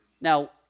Now